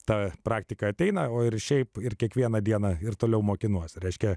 tą praktiką ateina o ir šiaip ir kiekvieną dieną ir toliau mokinuosi reiškia